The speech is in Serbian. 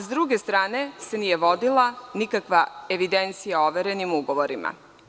S druge strane, nije se vodila nikakva evidencija o overenim ugovorima.